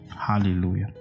Hallelujah